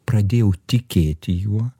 pradėjau tikėti juo